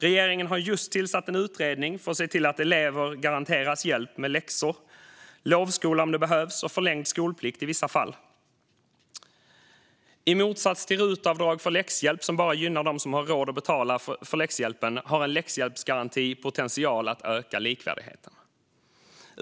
Regeringen har just tillsatt en utredning för att se till att elever garanteras hjälp med läxor, lovskola om det behövs och i vissa fall förlängd skolplikt. I motsats till RUT-avdrag för läxhjälp, som bara gynnar dem som har råd att betala för läxhjälpen, har en läxhjälpsgaranti potential att öka likvärdigheten.